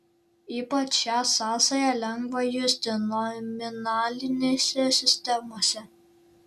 ypač šią sąsają lengva justi nominalinėse sistemose